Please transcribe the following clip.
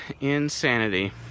insanity